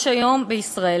יש היום בישראל.